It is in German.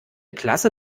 klasse